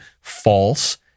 false